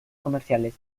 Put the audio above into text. comerciales